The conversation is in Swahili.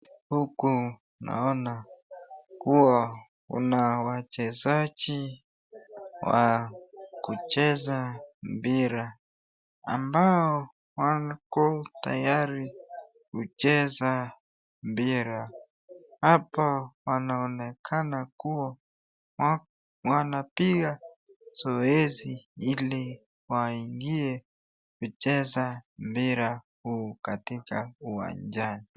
Huku naona kuwa kuna wachezaji wa kucheza mpira ambao wako tayari kucheza mpira. Hapo wanaonekana kuwa wanapiga zoezi ili waingie kucheza mpira huu katika uwanjani.